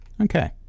Okay